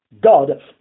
God